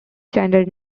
gender